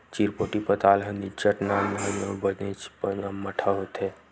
चिरपोटी पताल ह निच्चट नान नान अउ बनेचपन अम्मटहा होथे